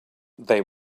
they